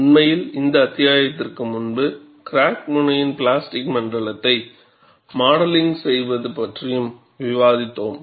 உண்மையில் இந்த அத்தியாயத்திற்கு முன்பு கிராக் முனையின் பிளாஸ்டிக் மண்டலத்தை மாடலிங் செய்வது பற்றியும் விவாதித்தோம்